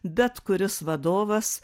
bet kuris vadovas